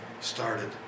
started